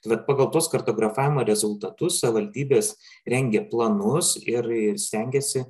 vat pagal tuos kartografavimo rezultatus savivaldybės rengia planus ir stengiasi